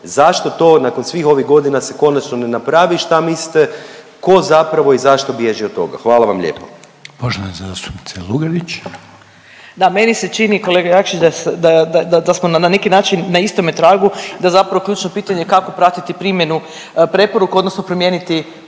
Zašto to nakon svih ovih godina se konačno ne napravi i šta mislite, tko zapravo i zašto bježi od toga? Hvala vam lijepo. **Reiner, Željko (HDZ)** Poštovana zastupnica Lugarić. **Lugarić, Marija (SDP)** Da, meni se čini, kolega Jakšić da smo na neki način na istome tragu, da zapravo ključno pitanje kako pratiti primjeru preporuka odnosno promijeniti